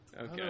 Okay